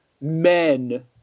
men